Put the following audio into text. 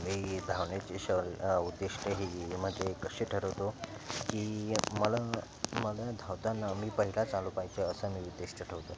मी धावण्याची शह उद्दिष्ट ही म्हणजे कशी ठरवतो की मला मला धावताना मी पहिलाच आलो पाहिजे असं मी उद्दिष्ट ठेवतो